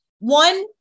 One